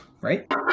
Right